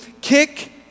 kick